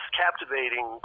captivating